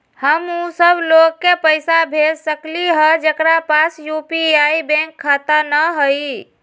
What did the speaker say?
हम उ सब लोग के पैसा भेज सकली ह जेकरा पास यू.पी.आई बैंक खाता न हई?